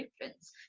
difference